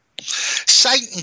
Satan